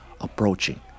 approaching